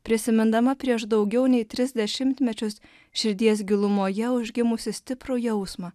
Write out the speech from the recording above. prisimindama prieš daugiau nei tris dešimtmečius širdies gilumoje užgimusį stiprų jausmą